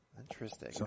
Interesting